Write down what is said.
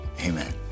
Amen